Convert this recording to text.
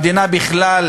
במדינה בכלל